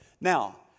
Now